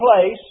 place